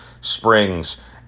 Springs